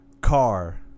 Car